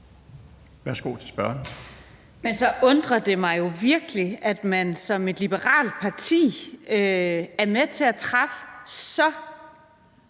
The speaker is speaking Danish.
Daugaard (LA): Men så undrer det mig jo virkelig, at man som et liberalt parti er med til at træffe så